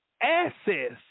access